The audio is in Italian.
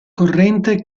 corrente